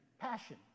passion